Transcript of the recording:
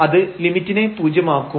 അത് ലിമിറ്റിനെ പൂജ്യമാക്കും